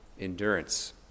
endurance